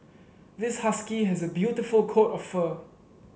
this husky has a beautiful coat of fur